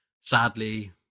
sadly